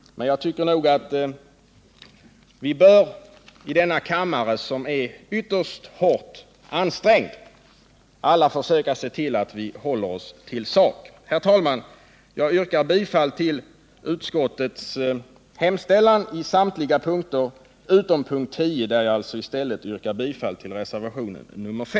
I denna kammare, som är ytterst hårt ansträngd, bör vi alla försöka se till att vi håller oss till saken. Herr talman! Jag yrkar bifall till utskottets hemställan i samtliga moment utom beträffande mom. 10, där jag i stället yrkar bifall till reservationen 3